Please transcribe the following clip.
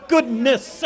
Goodness